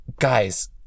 guys